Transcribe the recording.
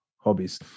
hobbies